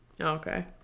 okay